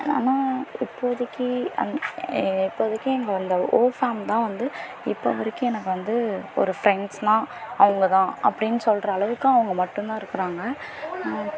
ஆனால் இப்போதைக்கி அந் எ இப்போதைக்கி எங்களை இந்த ஓ ஓ ஃபேம் தான் வந்து இப்போ வரைக்கும் எனக்கு வந்து ஒரு ஃப்ரெண்ட்ஸ்னால் அவங்க தான் அப்படின்னு சொல்கிற அளவுக்கு அவங்க மட்டும்தான் இருக்கிறாங்க